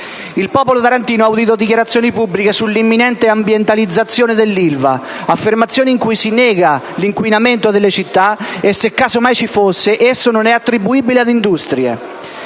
Il popolo tarantino ha udito dichiarazioni pubbliche sull'imminente ambientalizzazione dell'Ilva; affermazioni in cui si nega l'inquinamento della città e, se caso mai ci fosse, esso non è attribuibile ad industrie.